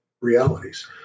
realities